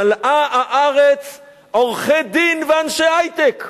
מלאה הארץ עורכי-דין ואנשי היי-טק.